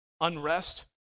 Unrest